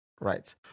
right